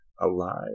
alive